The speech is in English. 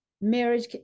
marriage